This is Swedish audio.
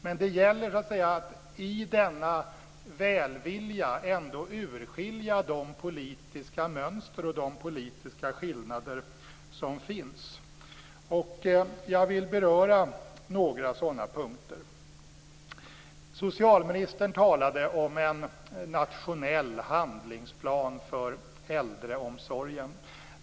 Men det gäller att i denna välvilja ändå urskilja de politiska mönster och de politiska skillnader som finns. Jag vill beröra några sådana punkter. Socialministern talade om en nationell handlingsplan för äldreomsorgen.